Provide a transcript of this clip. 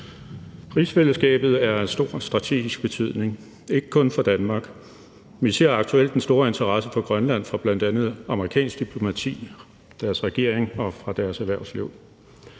Rigsfællesskabet er af stor strategisk betydning, ikke kun for Danmark. Vi ser aktuelt den store interesse for Grønland fra bl.a. det amerikanske diplomati, deres regering og deres erhvervsliv.